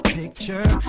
picture